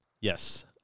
Yes